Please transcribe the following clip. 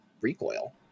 recoil